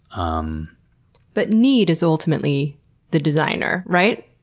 um but need is ultimately the designer, right?